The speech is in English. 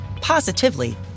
positively